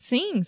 Sim